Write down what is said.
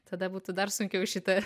tada būtų dar sunkiau šitą